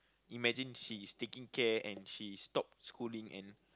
imagine she is taking care and she stop schooling and